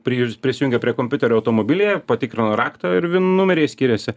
prijus prisijungia prie kompiuterio automobilyje patikrino raktą ir numeriai skiriasi